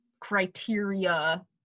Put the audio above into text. criteria